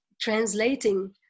translating